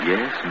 Yes